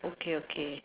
okay okay